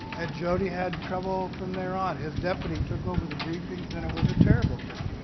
and jody had trouble from there on. his deputy took over the briefings and it was a terrible thing.